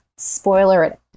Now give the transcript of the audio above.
spoiler